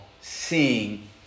seeing